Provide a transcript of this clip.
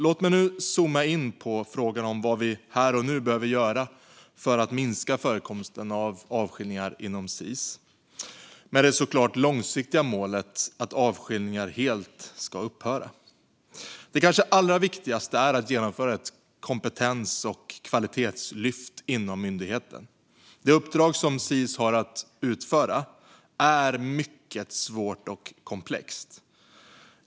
Låt mig nu zooma in på frågan om vad som här och nu behöver göras för att minska förekomsten av avskiljningar inom Sis, såklart med det långsiktiga målet att avskiljningarna helt ska upphöra. Det kanske allra viktigaste är att genomföra ett kompetens och kvalitetslyft inom myndigheten. Det uppdrag som Sis har att utföra är mycket svårt och komplext.